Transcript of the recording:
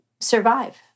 survive